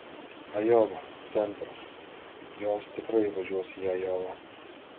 ajova centras jos tikrai važiuos į ajovą